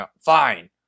Fine